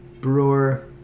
Brewer